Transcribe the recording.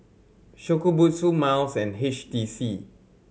Shokubutsu Miles and H T C